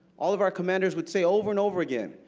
all of our commanders would say over and over again,